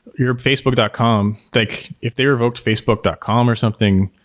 you're facebook dot com, think if they revoked facebook dot com or something,